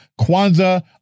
Kwanzaa